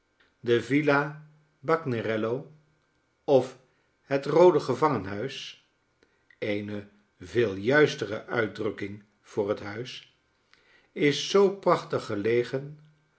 de villa bagnerello of het roode gevangenhuis eene veel juistere uitdrukking voor het huis is zoo prachtig gelegen